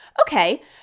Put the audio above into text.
Okay